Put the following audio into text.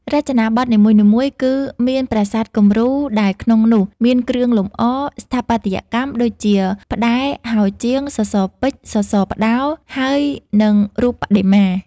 រចនាបថនីមួយៗគឺមានប្រាសាទគំរូ ដែលក្នុងនោះមានគ្រឿងលំអ ស្ថាបត្យកម្ម ដូចជា ផ្ដែរ ហោជាង សសរពេជ្រ សសរផ្អោ ហើយនិងរូបបដិមា។